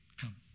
come